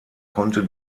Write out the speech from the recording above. konnte